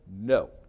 no